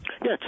Yes